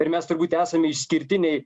ir mes turbūt esame išskirtiniai